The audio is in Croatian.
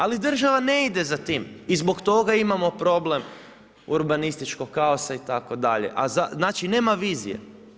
Ali država ne ide za tim i zbog toga imamo problem urbanističkog kaos itd., znači nema vizije.